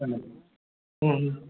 ம் ம்